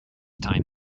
time